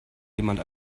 jemand